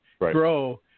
grow